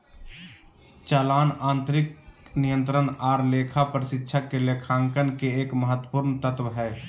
चालान आंतरिक नियंत्रण आर लेखा परीक्षक के लेखांकन के एक महत्वपूर्ण तत्व हय